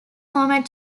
format